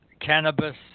cannabis